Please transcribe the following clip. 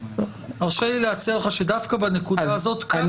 הרשה לי להציע לך שדווקא בנקודה הזאת קל